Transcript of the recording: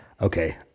okay